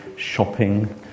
shopping